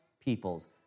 peoples